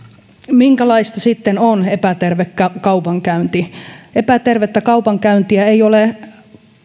minkälaista sitten on epäterve kaupankäynti epätervettä kaupankäyntiä ei ole